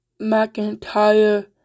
McIntyre